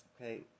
okay